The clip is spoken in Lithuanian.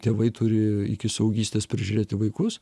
tėvai turi iki suaugystės prižiūrėti vaikus